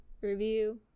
review